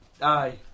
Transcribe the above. aye